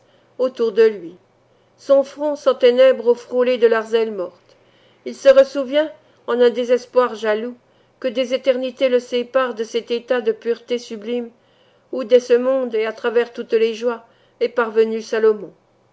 autour de lui son front s'enténèbre au frôler de leurs ailes mortes il se ressouvient en un désespoir jaloux que des éternités le séparent de cet état de pureté sublime où dès ce monde et à travers toutes les joies est parvenu salomon